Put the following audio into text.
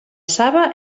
saba